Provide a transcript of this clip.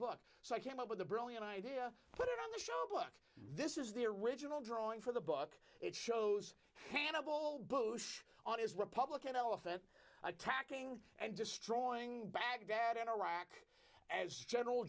book so i came up with a brilliant idea put it on the show book this is the original drawing for the book it shows cannibal bush on his republican elephant attacking and destroying baghdad and iraq as general